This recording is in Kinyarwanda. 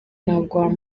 ntabwo